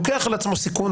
לוקח על עצמו סיכון.